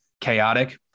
chaotic